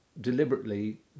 deliberately